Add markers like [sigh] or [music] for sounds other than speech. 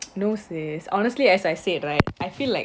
[noise] no sis honestly as I said right I feel like